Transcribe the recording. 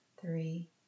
three